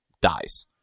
dies